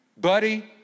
buddy